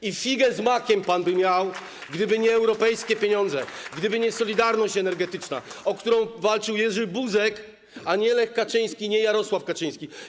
I figę z makiem pan by miał, gdyby nie europejskie pieniądze, gdyby nie solidarność energetyczna, o którą walczył Jerzy Buzek, a nie Lech Kaczyński, nie Jarosław Kaczyński.